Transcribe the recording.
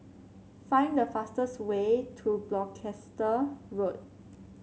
find the fastest way to Gloucester Road